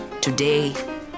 Today